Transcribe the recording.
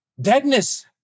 deadness